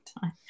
time